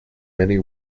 many